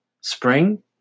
spring